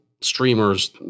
streamer's